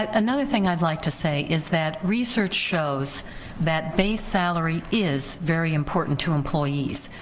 ah another thing i'd like to say is that research shows that base salary is very important to employees,